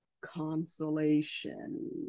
consolation